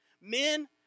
Men